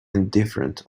indifferent